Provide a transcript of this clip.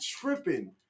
tripping